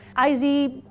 IZ